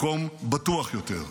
מקום בטוח יותר.